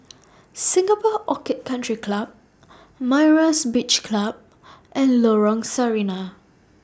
Singapore Orchid Country Club Myra's Beach Club and Lorong Sarina